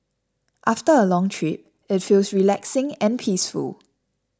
after a long trip it feels relaxing and peaceful